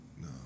no